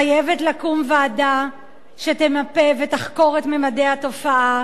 חייבת לקום ועדה שתמפה ותחקור את ממדי התופעה,